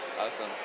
Awesome